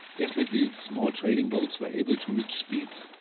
definitely, small trading boats were able to reach speeds,